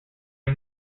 are